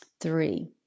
Three